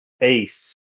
Ace